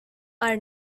are